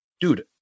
dude